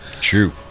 True